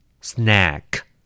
Snack